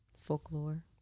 Folklore